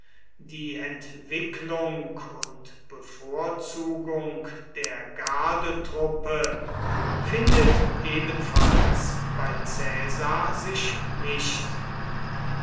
die entwicklung und bevorzugung der gardetruppe findet ebenfalls bei caesar sich nicht